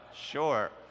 sure